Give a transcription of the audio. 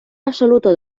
absoluto